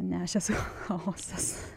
ne aį esu chaosas